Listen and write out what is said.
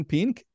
Pink